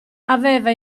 aveva